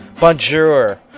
bonjour